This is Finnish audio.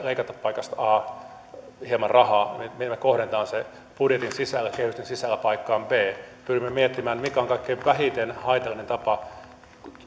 leikata paikasta a hieman rahaa niin millä kohdennetaan se budjetin sisällä kehysten sisällä paikkaan b pyrimme miettimään mikä on kaikkein vähiten haitallinen tapa